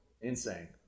Insane